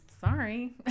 sorry